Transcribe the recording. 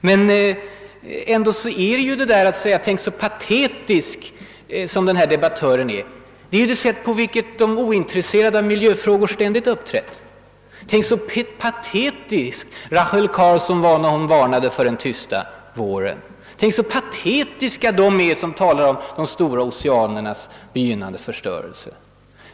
Men ändå är ju den där tekniken — »tänk så patetisk den här debattören är!» — just det sätt på vilket de som är ointresserade av miljöfrågor ständigt har uppträtt. Tänk så patetisk Rachel Carson var när hon varnade för den tysta våren! Tänk så patetiska de är som talar om de stora oceanernas begynnande förstörelse!